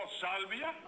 salvia